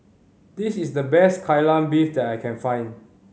this is the best Kai Lan Beef that I can find